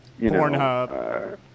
Pornhub